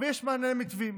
אבל יש מענה במתווים,